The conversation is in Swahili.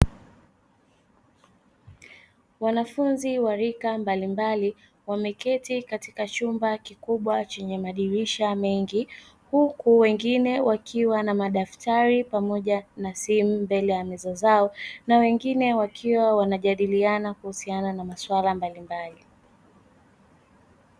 Wanafunzi wa rika mbalimbali, wameketi katika chumba kikubwa chenye madirisha mengi huku wengine wakiwa na madaftari pamoja na simu mbele ya meza zao; na wengine wakiwa wanajadiliana kuhusiana na masuala mbalimbali.